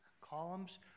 columns